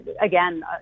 again